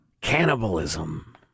Cannibalism